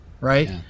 right